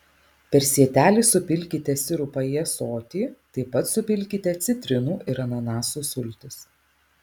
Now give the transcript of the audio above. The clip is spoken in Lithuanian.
per sietelį supilkite sirupą į ąsotį taip pat supilkite citrinų ir ananasų sultis